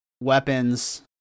weapons